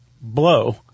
blow